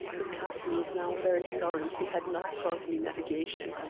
the captain was now very sorry he had not taught me navigation,